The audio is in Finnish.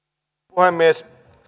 puhemies